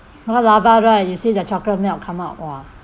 that one lava right you see the chocolate melt come out !wah!